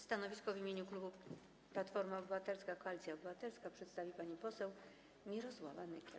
Stanowisko w imieniu klubu Platforma Obywatelska - Koalicja Obywatelska przedstawi pani poseł Mirosława Nykiel.